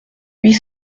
huit